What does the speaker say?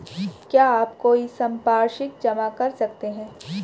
क्या आप कोई संपार्श्विक जमा कर सकते हैं?